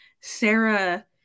Sarah